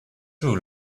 rule